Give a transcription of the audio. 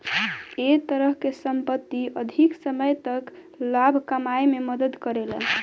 ए तरह के संपत्ति अधिक समय तक लाभ कमाए में मदद करेला